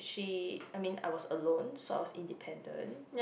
she I mean I was alone so I was independant